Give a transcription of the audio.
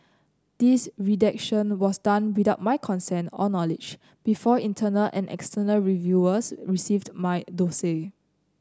this redaction was done without my consent or knowledge before internal and external reviewers received my dossier